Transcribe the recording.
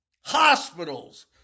hospitals